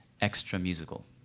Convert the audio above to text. extra-musical